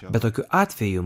bet tokiu atveju